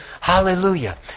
Hallelujah